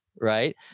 Right